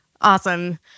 Awesome